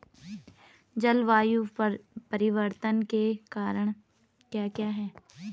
जलवायु परिवर्तन के कारण क्या क्या हैं?